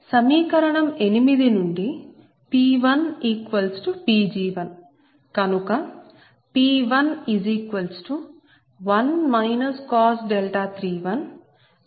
సమీకరణం viii నుండి P1Pg1 కనుక P11 31 1031 1 5